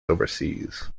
overseas